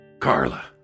Carla